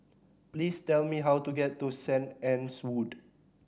please tell me how to get to Saint Anne's Wood